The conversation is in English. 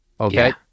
okay